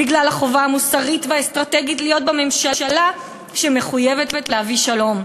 בגלל החובה המוסרית והאסטרטגית להיות בממשלה שמחויבת להביא שלום.